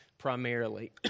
Primarily